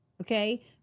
Okay